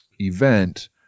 event